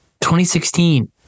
2016